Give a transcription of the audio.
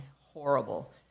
Horrible